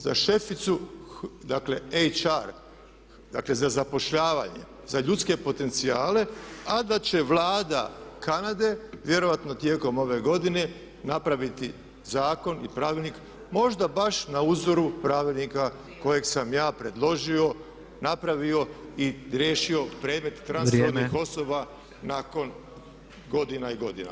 Za šeficu …, dakle za zapošljavanje, za ljudske potencijale a da će Vlada Kanade vjerojatno tijekom ove godine napraviti zakon i pravilnik, možda baš na uzoru pravilnika kojeg sam ja predložio, napravio i riješio predmet trans rodnih osoba nakon godina i godina.